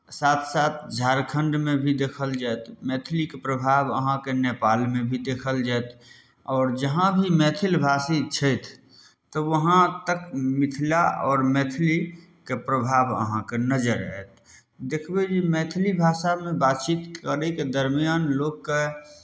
साथ साथ झारखंडमे भी देखल जायत मैथिलीके प्रभाव अहाँके नेपालमे भी देखल जायत आओर जहाँ भी मैथिल भाषी छथि तऽ वहाँ तक मिथिला आओर मैथिलीके प्रभाव अहाँकेँ नजर आयत देखबै जे मैथिली भाषामे बातचीत करयके दरम्यान लोकके